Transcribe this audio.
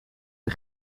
een